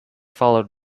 followed